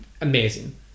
amazing